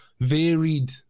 varied